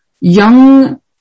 young